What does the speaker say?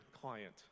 client